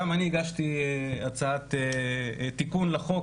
גם הגשתי הצעת תיקון לחוק,